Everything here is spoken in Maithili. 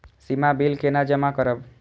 सीमा बिल केना जमा करब?